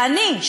ואני,